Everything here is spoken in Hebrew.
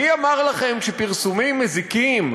מי אמר לכם שפרסומים מזיקים,